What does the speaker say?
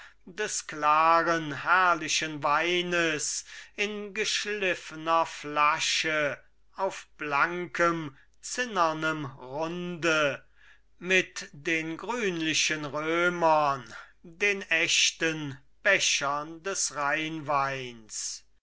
des klaren herrlichen weines in geschliffener flasche auf blankem zinnernem runde mit den grünlichen römern den echten bechern des rheinweins